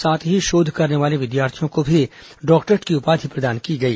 साथ ही शोध करने वाले छात्र छात्राओं को भी डॉक्टरेट की उपाधि प्रदान की गई